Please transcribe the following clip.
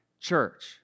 church